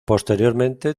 posteriormente